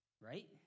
right